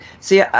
See